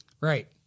Right